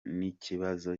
n’ikibazo